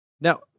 Now